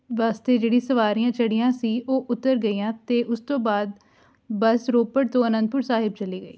ਬੱਸ 'ਤੇ ਜਿਹੜੀ ਸਵਾਰੀਆਂ ਚੜ੍ਹੀਆਂ ਸੀ ਉਹ ਉੱਤਰ ਗਈਆਂ ਅਤੇ ਉਸ ਤੋਂ ਬਾਅਦ ਬੱਸ ਰੋਪੜ ਤੋਂ ਅਨੰਦਪੁਰ ਸਾਹਿਬ ਚਲੀ ਗਈ